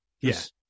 Yes